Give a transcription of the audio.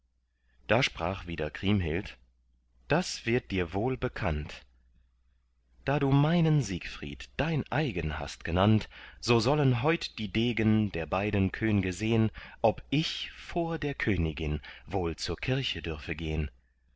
da sprach wieder kriemhild das wird dir wohl bekannt da du meinen siegfried dein eigen hast genannt so sollen heut die degen der beiden könge sehn ob ich vor der königin wohl zur kirche dürfe gehn